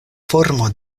formo